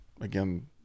again